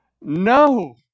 No